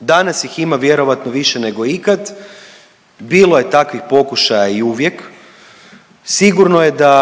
danas ih ima vjerojatno više nego ikad. Bilo je takvih pokušaja i uvijek. Sigurno je da